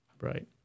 Right